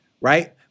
right